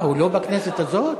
הוא לא בכנסת הזאת?